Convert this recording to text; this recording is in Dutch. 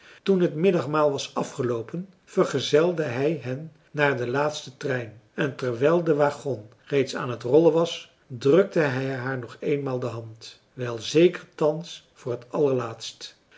toen het middagmaal was afgeloopen vergezelde hij hen naar den laatsten trein en terwijl de wagon reeds aan het rollen was drukte hij haar nog eenmaal de hand wel zeker thans voor t allerlaatst